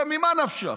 עכשיו, ממה נפשך?